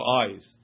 eyes